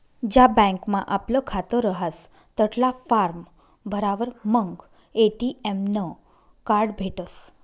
ज्या बँकमा आपलं खातं रहास तठला फार्म भरावर मंग ए.टी.एम नं कार्ड भेटसं